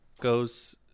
goes